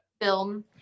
film